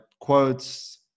quotes